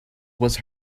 was